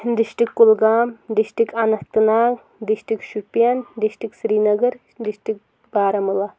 district Kulgam district Anant Nag district Shopian district Srinagar district Baramulla